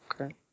Okay